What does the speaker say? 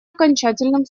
окончательным